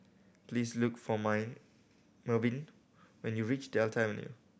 please look for Mervyn when you reach Delta Avenue